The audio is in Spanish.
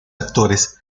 actores